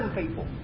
people